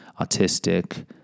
autistic